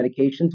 medications